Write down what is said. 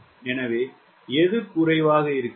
எனவே எது குறைவாக இருக்கிறது